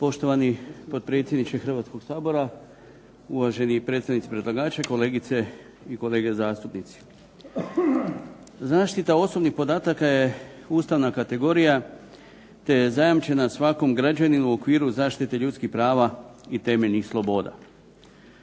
Poštovani potpredsjedniče Hrvatskog sabora, uvaženi predstavnici predlagača, kolegice i kolege zastupnici. Zaštita osobnih podataka je ustavna kategorija, te je zajamčena svakom građaninu u okviru zaštite ljudskih prava i temeljnih sloboda.